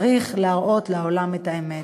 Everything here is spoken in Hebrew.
צריך להראות לעולם את האמת.